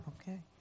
Okay